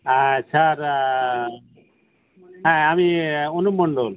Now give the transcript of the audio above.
হ্যাঁ স্যার হ্যাঁ আমি অনুপ মণ্ডল